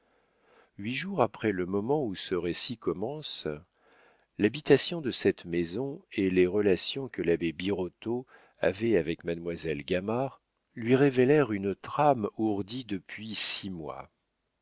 huit jours après le moment où ce récit commence l'habitation de cette maison et les relations que l'abbé birotteau avait avec mademoiselle gamard lui révélèrent une trame ourdie depuis six mois